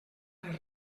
les